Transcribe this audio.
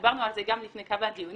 דיברנו על זה גם לפני כמה דיונים.